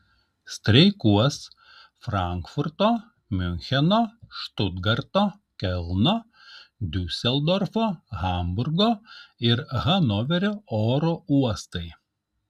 streikuos frankfurto miuncheno štutgarto kelno diuseldorfo hamburgo ir hanoverio oro uostai